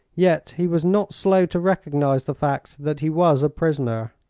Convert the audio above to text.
yet he was not slow to recognize the fact that he was a prisoner.